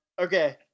Okay